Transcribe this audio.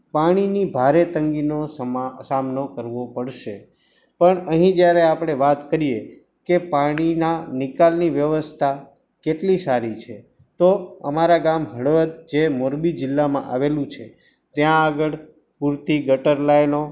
પાણીની ભારે તંગીનો સમા સામનો કરવો પડશે પણ અહીં જયારે આપણે વાત કરીએ કે પાણીના નિકાલની વ્યવસ્થા કેટલી સારી છે તો અમારાં ગામ હળવદ જે મોરબી જિલ્લામાં આવેલું છે ત્યાં આગળ પૂરતી ગટર લાઈનો